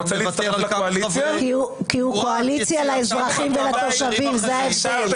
הוא קואליציה לאזרחים ולתושבים, זה ההבדל.